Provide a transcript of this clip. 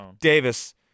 Davis